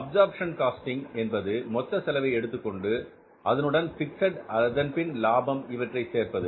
absorption costing என்பது மொத்த செலவை எடுத்துக்கொண்டு அதனுடன் பிக்ஸட் அதன்பின் லாபம் இவற்றை சேர்ப்பது